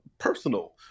Personal